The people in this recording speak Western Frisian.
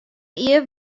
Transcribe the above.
jier